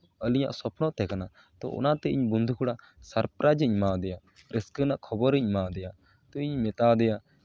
ᱟᱹᱞᱤᱧᱟᱜ ᱥᱚᱯᱱᱚ ᱛᱟᱦᱮᱸ ᱠᱟᱱᱟ ᱛᱳ ᱚᱱᱟᱛᱮ ᱤᱧ ᱵᱚᱱᱫᱷᱩ ᱠᱚᱲᱟ ᱥᱟᱨᱯᱨᱟᱭᱤᱡᱽ ᱤᱧ ᱮᱢᱟ ᱫᱮᱭᱟ ᱨᱟᱹᱥᱠᱟᱹ ᱨᱮᱱᱟᱜ ᱠᱷᱚᱵᱚᱨᱤᱧ ᱮᱢᱟᱣ ᱫᱮᱭᱟ ᱛᱳ ᱤᱧ ᱢᱮᱛᱟᱣ ᱫᱮᱭᱟ